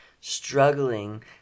struggling